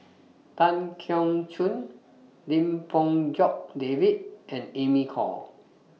Tan Keong Choon Lim Fong Jock David and Amy Khor